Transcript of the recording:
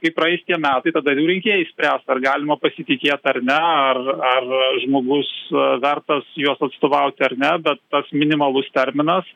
kai praeis tai metai tada rinkėjai spręs ar galima pasitikėt ar ne ar ar žmogus vertas juos atstovauti ar ne bet tas minimalus terminas